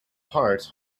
part